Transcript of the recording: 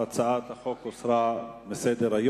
הצעת החוק הוסרה מסדר-היום.